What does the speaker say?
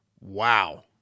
Wow